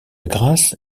grâce